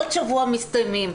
עוד שבוע מסתיימים.